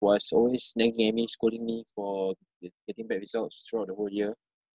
was always nagging at me scolding me for get~ getting bad results throughout the whole year